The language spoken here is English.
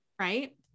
Right